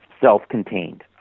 self-contained